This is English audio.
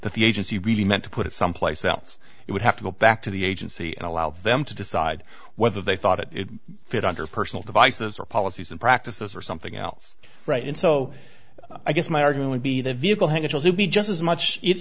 that the agency really meant to put it someplace else it would have to go back to the agency and allow them to decide whether they thought it fit under personal devices or policies and practices or something else right and so i guess my arguing would be the vehicle handles would be just as much it